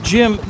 Jim